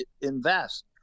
invest